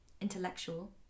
intellectual